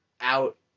out